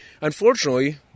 Unfortunately